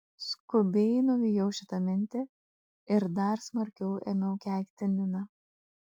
skubiai nuvijau šitą mintį ir dar smarkiau ėmiau keikti niną